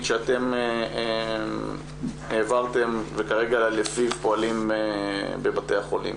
שאתם העברתם וכרגע לפיו פועלים בבתי החולים.